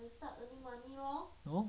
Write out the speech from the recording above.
no